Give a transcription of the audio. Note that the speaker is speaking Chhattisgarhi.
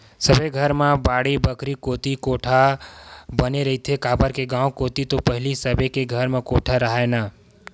सबे घर मन म बाड़ी बखरी कोती कोठा बने रहिथे, काबर के गाँव कोती तो पहिली सबे के घर म कोठा राहय ना